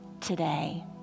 today